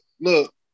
look